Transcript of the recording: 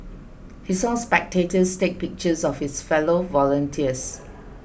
he saw spectators take pictures of his fellow volunteers